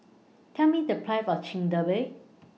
Tell Me The Price of Chigenabe